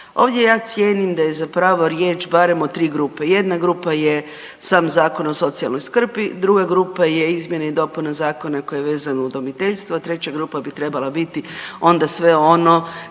Ovdje ja cijenim da je zapravo riječ o barem tri grupe. Jedna grupa je sam Zakon o socijalnoj skrbi, druga grupa je izmjene i dopune zakona koji je vezan uz udomiteljstvo, a treća grupa bi trebala biti onda sve ono